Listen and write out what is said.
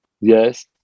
yes